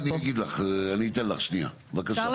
אני אתן לך שנייה, בבקשה.